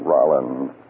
Rollins